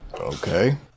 Okay